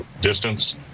distance